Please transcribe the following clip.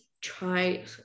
try